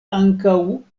ankaŭ